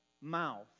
mouth